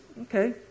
okay